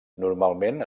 normalment